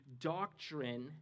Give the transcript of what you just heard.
doctrine